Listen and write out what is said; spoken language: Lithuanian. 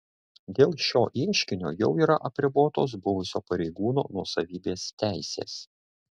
dėl šio ieškinio jau yra apribotos buvusio pareigūno nuosavybės teisės